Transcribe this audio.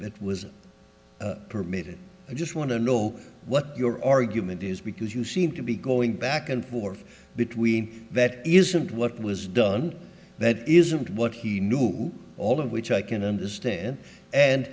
that was permitted i just want to know what your argument is because you seem to be going back and forth between that isn't what was done that isn't what he knew all of which i can understand and